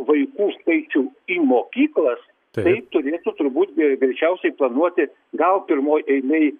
vaikų skaičių į mokyklas tai turėtų turbūt greičiausiai planuoti gal pirmoj eilėj